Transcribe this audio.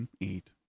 eight